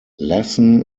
lassen